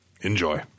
Enjoy